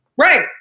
Right